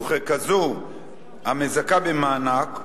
וככזו המזכה במענק,